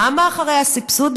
כמה אחרי הסבסוד?